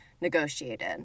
negotiated